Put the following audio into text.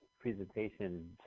presentation